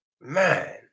man